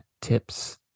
tips